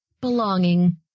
belonging